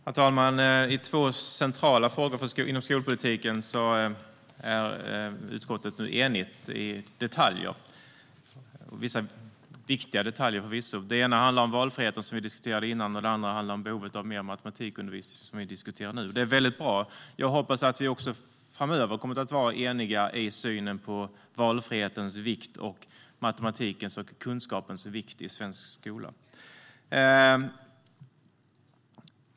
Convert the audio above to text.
Herr talman! I två centrala frågor inom skolpolitiken är utskottet nu enigt i detaljer, men förvisso viktiga detaljer. Det ena handlar om valfriheten, som vi diskuterade innan. Det andra handlar om behovet av mer matematikundervisning, som vi diskuterar nu. Det är väldigt bra. Jag hoppas att vi också framöver kommer att vara eniga i synen på valfrihetens, matematikens och kunskapens vikt i svensk skola.